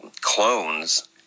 clones